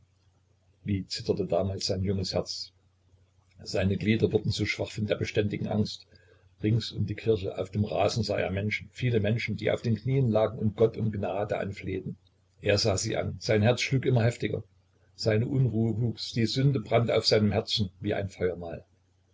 wie zitterte damals sein junges herz seine glieder wurden so schwach von der beständigen angst rings um die kirche auf dem rasen sah er menschen viele menschen die auf den knien lagen und gott um gnade anflehten er sah sie an sein herz schlug immer heftiger seine unruhe wuchs die sünde brannte auf seinem herzen wie ein feuermal